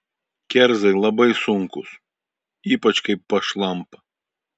kerzai labai sunkūs ypač kai pašlampa